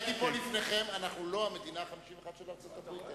הייתי פה לפניכם: אנחנו לא המדינה ה-51 של ארצות-הברית.